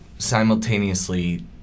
simultaneously